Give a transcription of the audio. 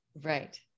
right